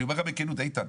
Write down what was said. אני אומר לך בכנות איתן.